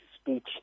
speech